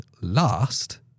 last